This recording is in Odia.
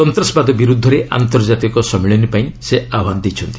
ସନ୍ତାସବାଦ ବିରୁଦ୍ଧରେ ଆନ୍ତର୍ଜାତିକ ସମ୍ମିଳନୀ ପାଇଁ ସେ ଆହ୍ୱାନ ଦେଇଛନ୍ତି